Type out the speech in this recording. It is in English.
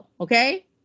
okay